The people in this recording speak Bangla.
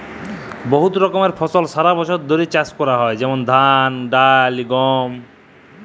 বহুত রকমের ফসল সারা বছর ধ্যরে চাষ ক্যরা হয় যেমল ধাল, ডাল, গম